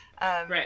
right